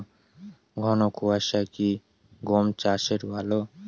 ঘন কোয়াশা কি গম চাষে ভালো?